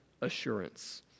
assurance